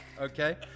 Okay